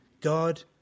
God